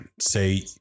say